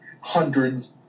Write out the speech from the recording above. hundreds